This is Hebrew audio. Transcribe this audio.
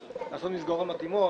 לעשות מסגרות מתאימות,